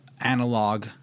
analog